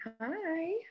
Hi